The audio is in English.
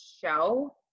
show